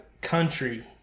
Country